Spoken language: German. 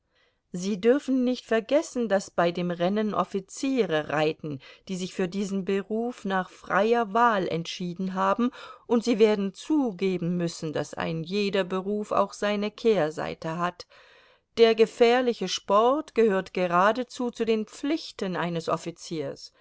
sie dürfen nicht vergessen daß bei dem rennen offiziere reiten die sich für diesen beruf nach freier wahl entschieden haben und sie werden zugeben müssen daß ein jeder beruf auch seine kehrseite hat der gefährliche sport gehört geradezu zu den pflichten eines offiziers